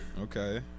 Okay